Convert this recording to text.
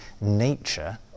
nature